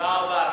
תודה רבה.